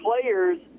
players